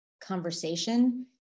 conversation